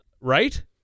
Right